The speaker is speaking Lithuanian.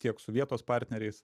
tiek su vietos partneriais